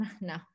No